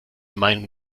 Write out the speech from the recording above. meinung